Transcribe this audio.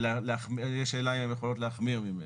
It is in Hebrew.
אבל השאלה אם הן יכולות להחמיר ממנו,